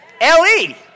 L-E